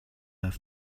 have